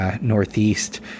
northeast